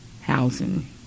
housing